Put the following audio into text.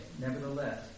nevertheless